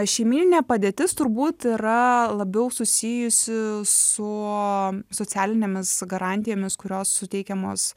šeimyninė padėtis turbūt yra labiau susijusi su socialinėmis garantijomis kurios suteikiamos